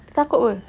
dia takut apa